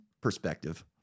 perspective